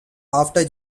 after